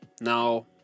Now